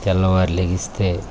తెల్లవారున లేస్తే